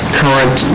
current